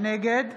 נגד